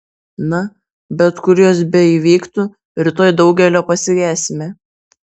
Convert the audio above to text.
na bet kur jos beįvyktų rytoj daugelio pasigesime